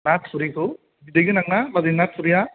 ना थुरिखौ बिदै गोनां ना बाजै ना थुरिया